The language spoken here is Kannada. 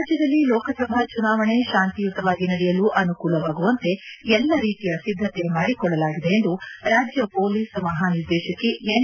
ರಾಜ್ಯದಲ್ಲಿ ಲೋಕಸಭಾ ಚುನಾವಣೆ ಶಾಂತಿಯುತವಾಗಿ ನಡೆಯಲು ಅನುಕೂಲವಾಗುವಂತೆ ಎಲ್ಲ ರೀತಿಯ ಸಿದ್ದತೆ ಮಾಡಿಕೊಳ್ಳಲಾಗಿದೆ ಎಂದು ರಾಜ್ಯ ಪೋಲಿಸ್ ಮಹಾ ನಿರ್ದೇಶಕಿ ಎನ್